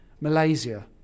Malaysia